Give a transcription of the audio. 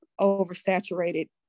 oversaturated